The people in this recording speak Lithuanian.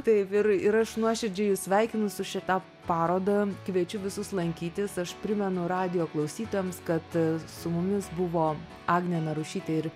taip ir ir aš nuoširdžiai jus sveikinu su šita paroda kviečiu visus lankytis aš primenu radijo klausytojams kad su mumis buvo agnė narušytė ir